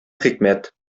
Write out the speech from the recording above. хикмәт